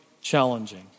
challenging